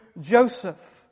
Joseph